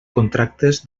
contractes